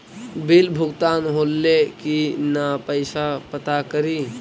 Bill भुगतान होले की न कैसे पता करी?